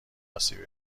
اسیبی